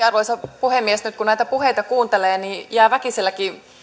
arvoisa puhemies nyt kun näitä puheita kuuntelee niin jää väkiselläkin